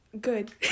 Good